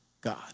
God